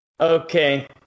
Okay